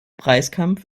preiskampf